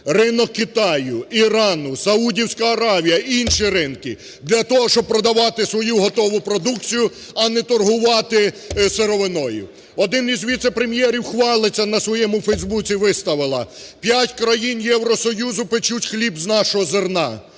Ринок Китаю, Ірану, Саудівська Аравія, Інші ринки! Для того, щоб продавати свою готову продукцію, а не торгувати сировиною. Один із віце-прем'єрів хвалиться, на своєму Фейсбуці виставила: 5 країн Євросоюзу печуть хліб з нашого зерна.